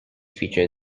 feature